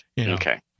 Okay